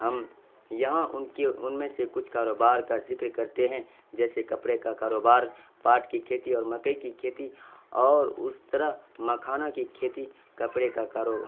ہم یہاں ان کی ان میں سے کچھ کاروبار کا ذکر کرتے ہیں جیسے کپڑے کا کاروبار پاٹ کی کھیتی اور مکئی کی کھیتی اور اس طرح مکھانا کی کھیتی کپڑے کا کارو